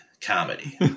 comedy